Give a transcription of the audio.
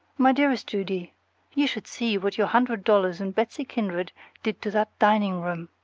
my dearest judy you should see what your hundred dollars and betsy kindred did to that dining room!